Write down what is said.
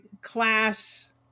class